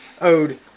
owed